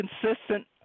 consistent